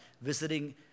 visiting